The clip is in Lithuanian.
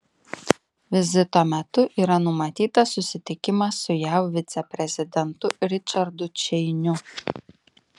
vizito metu yra numatytas susitikimas su jav viceprezidentu ričardu čeiniu